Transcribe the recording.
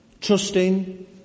Trusting